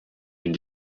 une